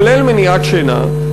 כולל מניעת שינה,